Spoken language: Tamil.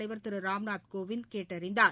தலைவர் திருராம்நாத் கோவிந்த் கேட்டறிந்தார்